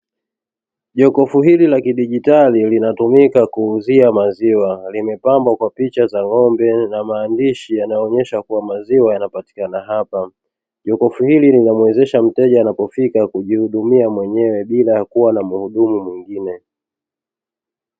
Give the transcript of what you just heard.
Jokofu hili la kidijitali linatumika kuuzia maziwa limepambwa kwa picha za ng'ombe na kuonyesha kwamba maziwa yanapatikana hapa. Jokofu hili linamwezesha mteja anapofika kujihudumia mwenyewe bila kuwa naa mhudumu mwingine